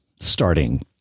starting